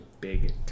big